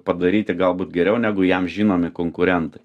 padaryti galbūt geriau negu jam žinomi konkurentai